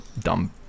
dumb